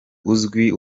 uzwi